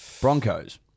Broncos